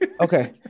Okay